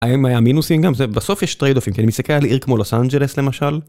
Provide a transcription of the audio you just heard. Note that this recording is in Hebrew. האם היה מינוסים גם? בסוף יש טרייד-אופים כי אני מסתכל על עיר כמו לוס אנג'לס למשל.